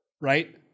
Right